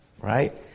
Right